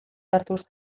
hartuz